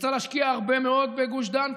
וצריך להשקיע הרבה מאוד בגוש דן,